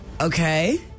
Okay